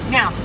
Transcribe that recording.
Now